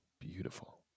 Beautiful